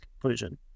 conclusion